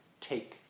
take